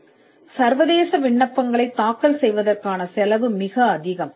வழக்கமாக சர்வதேச விண்ணப்பங்களை தாக்கல் செய்வதற்கான செலவு மிக அதிகம்